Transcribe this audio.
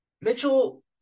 Mitchell